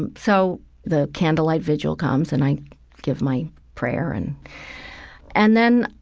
and so the candlelight vigil comes, and i give my prayer. and and then,